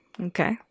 Okay